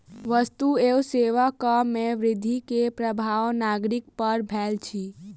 वस्तु एवं सेवा कर में वृद्धि के प्रभाव नागरिक पर भेल अछि